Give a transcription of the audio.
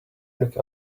look